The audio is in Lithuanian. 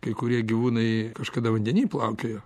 kai kurie gyvūnai kažkada vandeny plaukiojo